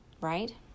Right